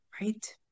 Right